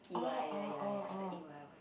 E_Y yeah yeah yeah tje E_Y one